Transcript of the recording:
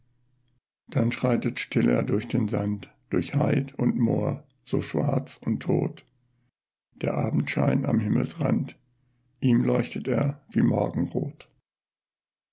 dann schreitet still er durch den sand durch heid und moor so schwarz und tot der abendschein am himmelsrand ihm leuchtet er wie morgenrot